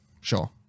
sure